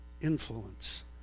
influence